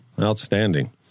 Outstanding